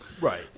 right